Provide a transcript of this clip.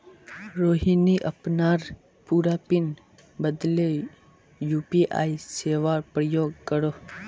रोहिणी अपनार पूरा पिन बदले यू.पी.आई सेवार प्रयोग करोह